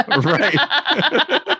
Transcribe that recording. Right